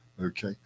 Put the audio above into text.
okay